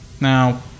Now